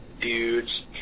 dudes